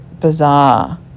bizarre